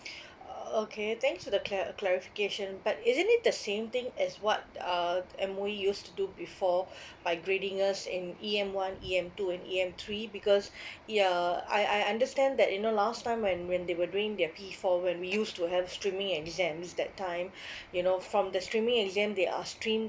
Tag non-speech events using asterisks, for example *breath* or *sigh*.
*breath* err okay thanks for the cla~ clarification but isn't it the same thing as what uh M_O_E used to do before by grading us in E_M one E_M two and E_M three because ya I I understand that you know last time when when they were doing their P four when we used to have streaming exams that time you know from the streaming exam they are streamed